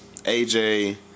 AJ